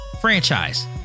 franchise